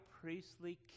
priestly